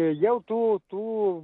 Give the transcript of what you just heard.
jau tų tų